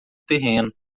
terreno